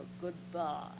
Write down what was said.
goodbye